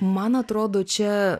man atrodo čia